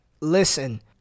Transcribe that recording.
listen